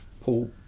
Paul